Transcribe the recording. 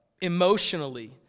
emotionally